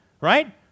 right